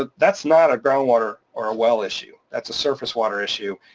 ah that's not a groundwater or a well issue, that's a surface water issue,